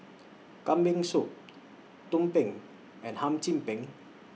Kambing Soup Tumpeng and Hum Chim Peng